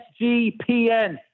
SGPN